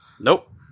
Nope